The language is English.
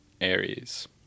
Aries